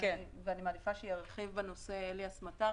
ואני מעדיפה שירחיב בנושא הזה אליאס מטר,